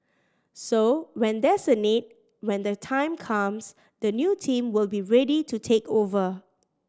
so when there's a need when the time comes the new team will be ready to take over